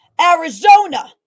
Arizona